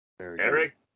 eric